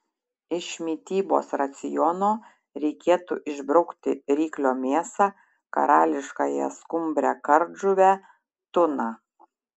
iš mitybos raciono reikėtų išbraukti ryklio mėsą karališkąją skumbrę kardžuvę tuną